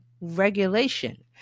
Regulation